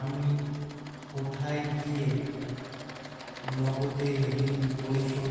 আমি কোথায় গিয়ে নগদে ঋন পরিশোধ